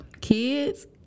Kids